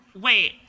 wait